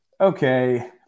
okay